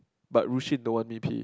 but Ru-xin don't want me P